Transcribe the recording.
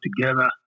together